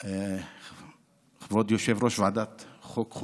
כבוד יושב-ראש ועדת החוקה,